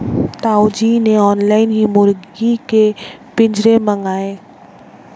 ताऊ जी ने ऑनलाइन ही मुर्गी के पिंजरे मंगाए